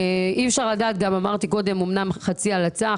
גם אמרתי קודם שאמנם - חצי הלצה,